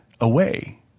away